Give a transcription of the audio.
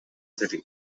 city